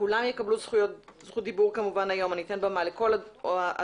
כולם יקבלו זכות דיבור היום ואני אתן במה לכל הדעות.